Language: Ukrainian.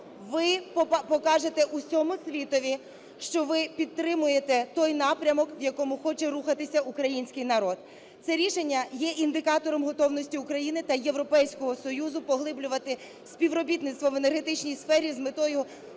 ви покажете усьому світові, що ви підтримуєте той напрямок, в якому хоче рухатися український народ. Це рішення є індикатором готовності України та Європейського Союзу поглиблювати співробітництво в енергетичній сфері з метою